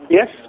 Yes